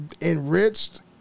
Enriched